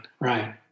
right